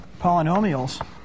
polynomials